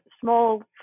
small